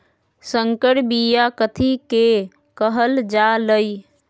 संकर बिया कथि के कहल जा लई?